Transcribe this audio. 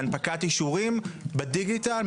בהנפקת אישורים בדיגיטל,